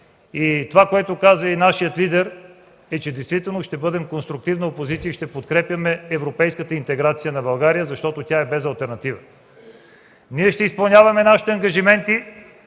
Това, което каза нашият лидер, е, че действително ще бъдем конструктивна опозиция и ще подкрепяме европейската интеграция на България, защото тя е без алтернатива! Ние ще изпълняваме нашите ангажименти